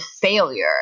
failure